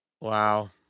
Wow